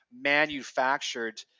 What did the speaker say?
manufactured